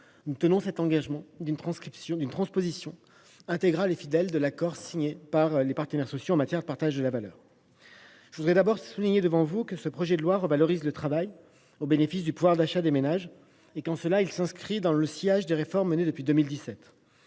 nous tenons notre engagement d’une transposition intégrale et exacte de l’accord signé par les partenaires sociaux en matière de partage de la valeur. Je souligne tout d’abord que ce projet de loi revalorise le travail au bénéfice du pouvoir d’achat des ménages. Ainsi, il s’inscrit dans le sillage des réformes menées depuis 2017.